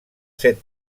set